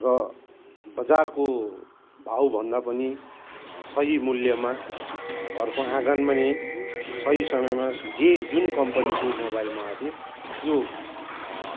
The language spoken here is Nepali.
र बजारको भाउभन्दा पनि सही मूल्यमा घरको आँगनमै सही समयमा जे जुन कम्पनीको मोबाइल मगाएको थिएँ त्यो